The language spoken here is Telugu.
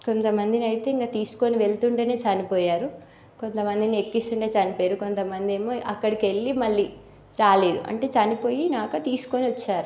కొంత మందిని అయితే ఇంకా తీసుకొని వెళుతుంటేనే చనిపోయారు కొంత మందిని ఎక్కిస్తుంటే చనిపోయారు కొంత మందేమో అక్కడికి వెళ్ళి మళ్ళీ రాలేదు అంటే చనిపోయాక తీసుకొని వచ్చారు